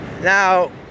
Now